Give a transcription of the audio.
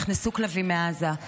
נכנסו כלבים מעזה,